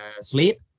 sleep